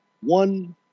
one